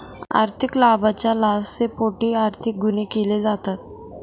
आर्थिक लाभाच्या लालसेपोटी आर्थिक गुन्हे केले जातात